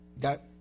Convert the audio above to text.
got